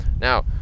Now